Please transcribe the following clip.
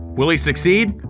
will he succeed?